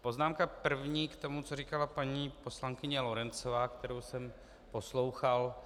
Poznámka první k tomu, co říkala paní poslankyně Lorencová, kterou jsem poslouchal.